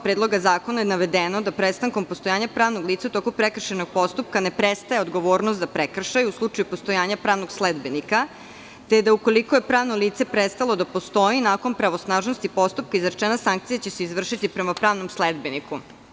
Predloga zakona je navedeno da prestankom postojanja pravnog lica u toku prekršajnog postupka ne prestaje odgovornost za prekršaj, u slučaju postojanja pravnog sledbenika, te da ukoliko je pravno lice prestalo da postoji nakon pravosnažnosti postupka, izrečena sankcija će se izvršiti prema pravnom sledbeniku.